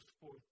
forth